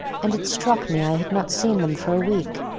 and it struck me i had not seen them for a week,